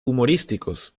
humorísticos